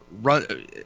run